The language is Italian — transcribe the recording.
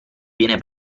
viene